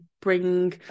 bring